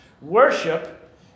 Worship